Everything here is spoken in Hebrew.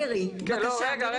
מירי, בבקשה.